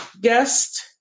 guest